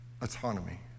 autonomy